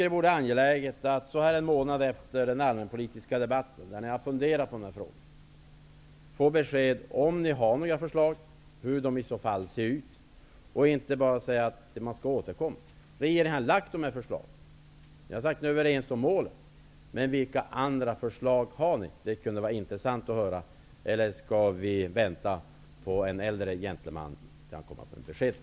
Det vore angeläget att nu, en månad efter den allmänpolitiska debatten, när ni funderat på dessa frågor, få besked om huruvida ni har några förslag och hur de i så fall ser ut. Ni bör inte bara säga att ni skall återkomma till detta. Regeringen har lagt fram sina förslag. Ni har sagt att ni är överens med oss om målen, men vilka andra förslag har ni? Det skulle vara intressant att höra. Eller skall vi vänta på att en äldre gentleman skall komma med beskeden?